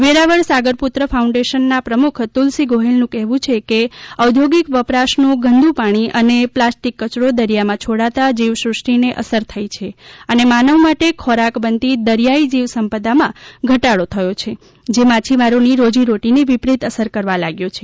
Veraval Sagarputra foundation ના પ્રમુખ તુલસી ગોહેલ નું કહેવું છે કે ઔધોગિક વપરાશ નું ગંદુ પાણી અને અને પ્લાસ્ટિક કયરો દરિયા માં છોડતા જીવ શ્રુષ્ટિ ને અસર થઈ છે અને માનવ માટે ખોરાક બનતી દરિયાઈ જીવ સંપદા માં ઘટાડો થયો છે જે માછીમારો ની રોજીરોટી ને વિપરીત અસર કરવા લાગ્યો છે